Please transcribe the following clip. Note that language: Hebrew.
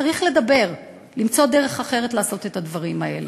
צריך לדבר, למצוא דרך אחרת לעשות את הדברים האלה,